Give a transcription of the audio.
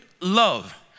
love